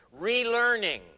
relearning